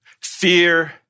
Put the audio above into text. fear